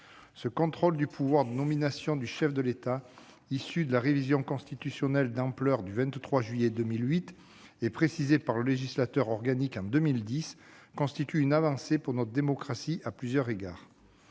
Ce contrôle du pouvoir de nomination du chef de l'État, issu de la révision constitutionnelle d'ampleur du 23 juillet 2008 et précisé par le législateur organique en 2010, constitue une avancée pour notre démocratie à plusieurs égards.